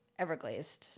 Everglazed